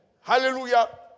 Hallelujah